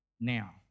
Now